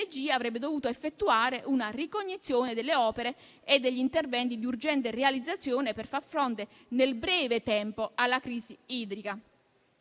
avrebbe dovuto effettuare una ricognizione delle opere e degli interventi di urgente realizzazione per far fronte nel breve tempo alla crisi idrica.